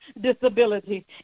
disability